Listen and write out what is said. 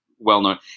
well-known